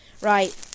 Right